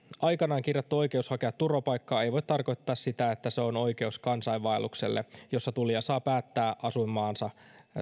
aikanaan kirjattu oikeus hakea turvapaikkaa ei voi tarkoittaa sitä että se on oikeus kansainvaellukselle jossa tulija saa päättää asuinmaansa